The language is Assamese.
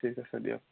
ঠিক আছে দিয়ক